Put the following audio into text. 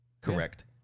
correct